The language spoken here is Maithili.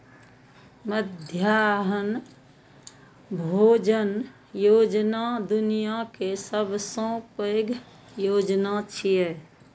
मध्याह्न भोजन योजना दुनिया के सबसं पैघ योजना छियै